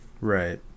Right